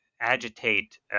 agitate